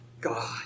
God